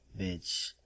Bitch